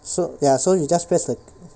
so ya so you just press the